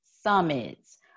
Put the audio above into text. summits